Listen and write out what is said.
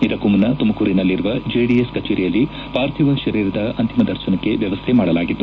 ಇದಕ್ಕೂ ಮುನ್ನ ತುಮಕೂರಿನಲ್ಲಿರುವ ಜೆಡಿಎಸ್ ಕಜೇರಿಯಲ್ಲಿ ಪಾರ್ಥಿವ ಶರೀರದ ಅಂತಿಮ ದರ್ಶನಕ್ಕೆ ವ್ಹವಸ್ಥೆ ಮಾಡಲಾಗಿತ್ತು